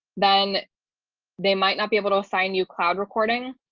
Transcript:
then they might not be able to assign you cloud recording.